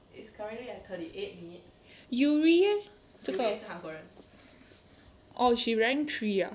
uri leh 这个 oh she rank three ah